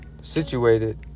Situated